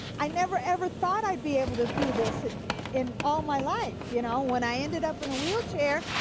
i never ever thought i'd be able to do this and in all my life. you know, when i ended up in a wheelchair,